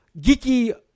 geeky